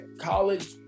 college